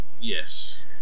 Yes